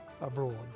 abroad